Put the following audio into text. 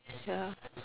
ya